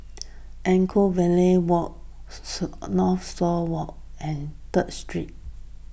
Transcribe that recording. Anchorvale Walk Northshore Walk and Third Street